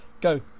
go